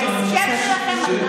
ההסכם שלכם,